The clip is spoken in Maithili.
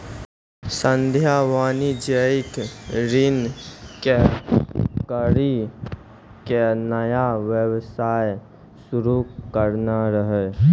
संध्या वाणिज्यिक ऋण लै करि के नया व्यवसाय शुरू करने रहै